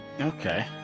Okay